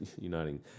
uniting